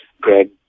Greg